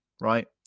right